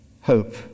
hope